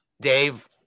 Dave